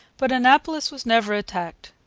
but annapolis was never attacked.